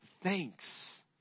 thanks